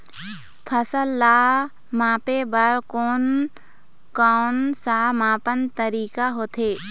फसल ला मापे बार कोन कौन सा मापन तरीका होथे?